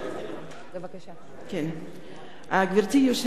גברתי היושבת-ראש, כנסת נכבדה,